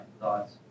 thoughts